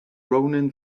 rounin